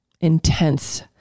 intense